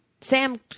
Sam